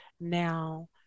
now